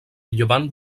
llevant